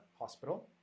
hospital